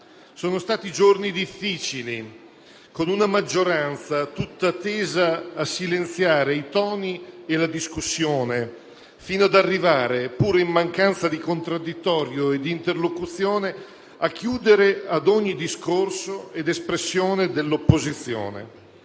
Sono stati giorni difficili, con una maggioranza tutta tesa a silenziare i toni e la discussione, fino ad arrivare, pur in mancanza di contraddittorio e di interlocuzione, a chiudere ad ogni discorso ed espressione dell'opposizione.